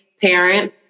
parent